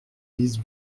lise